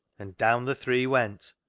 and down the three went,